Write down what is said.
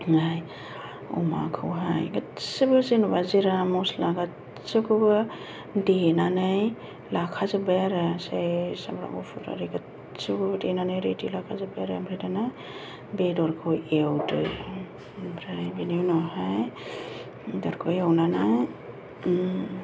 ओमफ्रायहाय अमाखौहाय गासैबो जेनेबा जिरा मस्ला गासैखौबो देनानै लाखा जोब्बाय आरो सामब्राम गुफुर आरि गासैखौबो देनानै रेडि लाखाजोब्बाय आरो ओमफ्राय दाना बेदरखौ एवदो ओमफ्राय बेदरखौ एवनानै